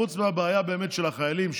חוץ מהבעיה של החיילים,